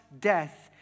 death